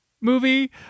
movie